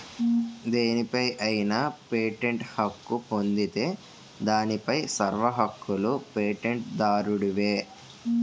దేనిపై అయినా పేటెంట్ హక్కు పొందితే దానిపై సర్వ హక్కులూ పేటెంట్ దారుడివే